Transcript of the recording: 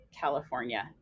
California